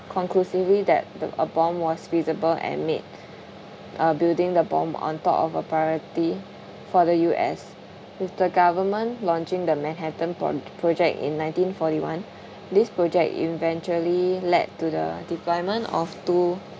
conclusively that the a bomb was feasible and made uh building the bomb on top of a priority for the U_S with the government launching the manhattan pro~ project in nineteen forty one this project eventually led to the deployment of two